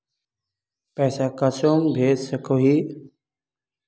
पैसा कुंसम भेज सकोही?